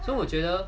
so 我觉得